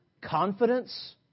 confidence